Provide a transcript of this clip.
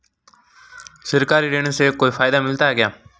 सरकारी ऋण से कोई फायदा मिलता है क्या?